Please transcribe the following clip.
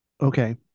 Okay